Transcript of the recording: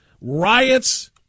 riots